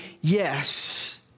yes